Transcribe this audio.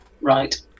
Right